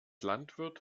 landwirt